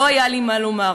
לא היה לי מה לומר.